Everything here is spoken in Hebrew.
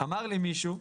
אמר לי מישהו,